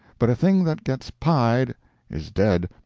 but a thing that gets pied is dead,